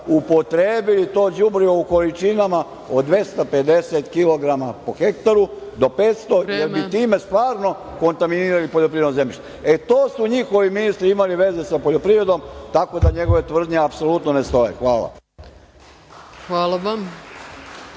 upotrebili to đubrivo u količinama od 250 kilograma po hektaru do 500, jer bi time stvarno kontaminirali poljoprivredno zemljište.E, to su njihovi ministri imali veze sa poljoprivredom, tako da njegove tvrdnje apsolutno ne stoje. Hvala. **Ana